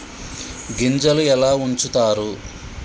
గింజలు ఎలా ఉంచుతారు?